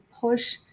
push